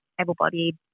able-bodied